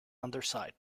underside